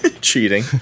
cheating